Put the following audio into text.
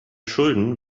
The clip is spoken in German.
schulden